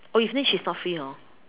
oh evening she is not free hor